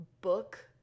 book